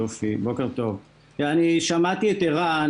אני שמעתי את ערן.